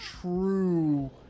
true